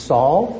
Saul